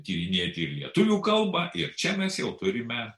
tyrinėti ir lietuvių kalbą ir čia mes jau turime